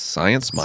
Science